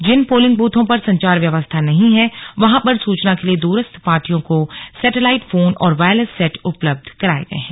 जिन polling ब्रथों पर संचार व्यवस्था नहीं हैं वहां पर सूचना के लिए दूरस्थ पार्टियों को सैटेलाइट फोन और वायरलेस सेट उपलब्ध कराये गये हैं